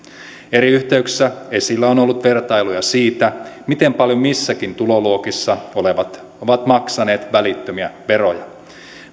eri yhteyksissä esillä on ollut vertailuja siitä miten paljon missäkin tuloluokissa olevat ovat maksaneet välittömiä veroja